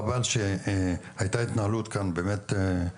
חבל שהייתה התנהלות כאן לא לעניין,